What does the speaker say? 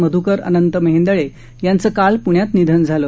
मध्कर अनंत मेहेंदळे यांचं काल प्ण्यात निधन झालं